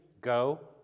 go